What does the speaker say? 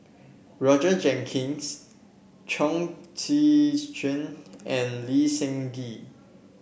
Roger Jenkins Chong Tze Chien and Lee Seng Gee